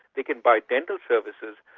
they can buy dental services,